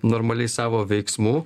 normaliai savo veiksmų